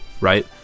right